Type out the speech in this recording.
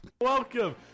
Welcome